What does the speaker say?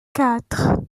quatre